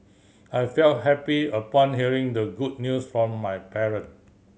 I felt happy upon hearing the good news from my parent